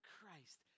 Christ